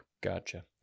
Gotcha